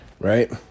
Right